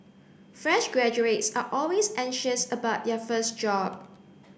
fresh graduates are always anxious about their first job